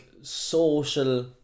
social